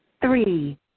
Three